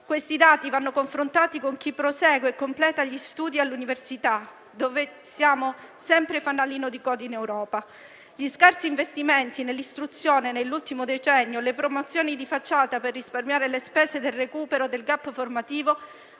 Questi dati vanno confrontati con chi prosegue e completa gli studi all'università, in cui siamo sempre fanalino di coda in Europa. Gli scarsi investimenti nell'istruzione nell'ultimo decennio e le promozioni di facciata per risparmiare le spese del recupero del *gap* formativo